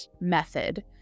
method